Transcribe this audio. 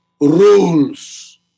rules